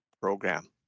program